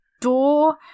door